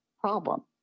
problem